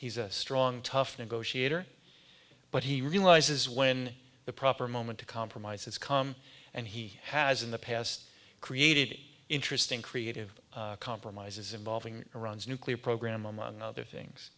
he's a strong tough negotiator but he realizes when the proper moment to compromise has come and he has in the past created interesting creative compromises involving iran's nuclear program among other things